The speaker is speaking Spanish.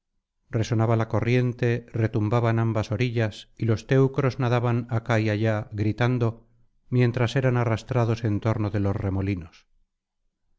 resonaba la corriente retumbaban ambas orillas y los teucros nadaban acá y allá gritando mientras eran arrastrados en torno de los remolinos